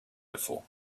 before